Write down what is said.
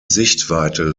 sichtweite